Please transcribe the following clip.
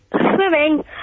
swimming